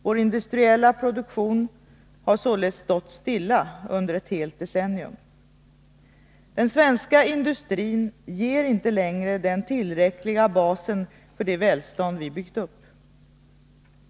Vår industriella produktion har således stått stilla under ett helt decennium. Den svenska industrin ger inte längre den tillräckliga basen för det välstånd vi byggt upp.